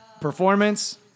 performance